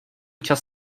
čas